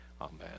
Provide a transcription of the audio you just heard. Amen